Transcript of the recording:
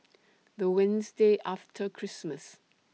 The Wednesday after Christmas